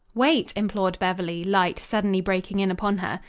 wait! implored beverly, light suddenly breaking in upon her.